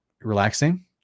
relaxing